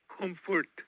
comfort